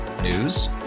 News